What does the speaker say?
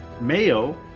Mayo